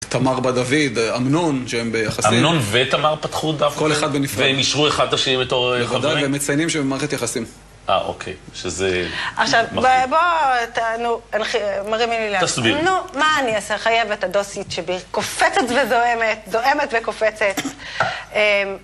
תמר בת דוד, אמנון, שהם ביחסים. אמנון ותמר פתחו דווקא? כל אחד בנפרד. והם אישרו אחד את השני בתור חברים? בוודאי, והם מציינים שהם במערכת יחסים. אה, אוקיי. שזה... עכשיו, בוא, תענו, מרימים לי להנחתה. תסבירי. נו, מה אני אעשה? חייבת הדוסית שבהיא קופצת וזועמת, זועמת וקופצת.